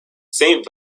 saint